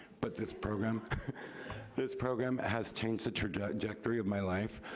but this program this program has changed the trajectory of my life.